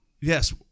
yes